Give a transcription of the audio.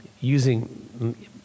using